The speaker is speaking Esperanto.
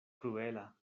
kruela